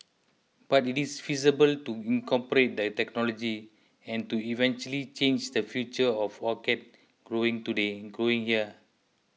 but it is feasible to incorporate the technology and to eventually change the future of orchid growing growing here